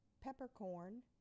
Peppercorn